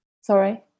Sorry